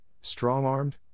strong-armed